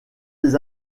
des